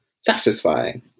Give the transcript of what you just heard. satisfying